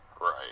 Right